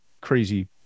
crazy